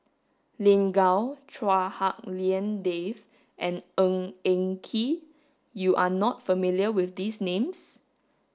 Lin Gao Chua Hak Lien Dave and Ng Eng Kee you are not familiar with these names